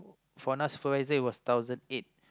for what I know supervisor it was thousand eight